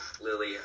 lily